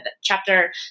chapter